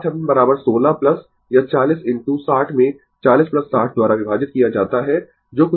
Refer Slide Time 2544 तो RThevenin 16 यह 40 into 60 में 40 60 द्वारा विभाजित किया जाता है